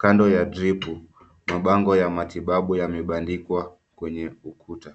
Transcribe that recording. Kando ya dripu mabango ya matibabu yamebandikwa kwenye ukuta.